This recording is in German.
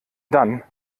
dann